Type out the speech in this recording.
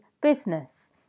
business